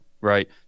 Right